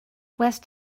west